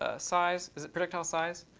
ah size is it projectile size?